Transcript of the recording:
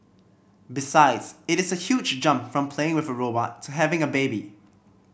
besides it is a huge jump from playing with a robot to having a baby